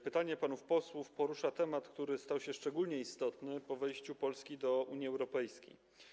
Pytanie panów posłów porusza temat, który stał się szczególnie istotny po wejściu Polski do Unii Europejskiej.